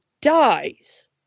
dies